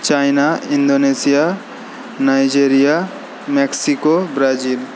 China Indonesia Nigeria Mexico Brazil